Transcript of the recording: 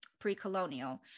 pre-colonial